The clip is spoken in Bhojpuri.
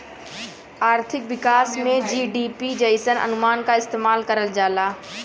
आर्थिक विकास में जी.डी.पी जइसन अनुमान क इस्तेमाल करल जाला